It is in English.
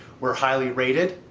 we're highly rated,